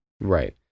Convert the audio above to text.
right